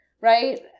right